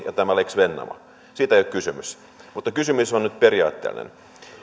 ja tämä lex vennamo siitä ei ole kysymys mutta kysymys on nyt periaatteellinen